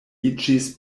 iĝis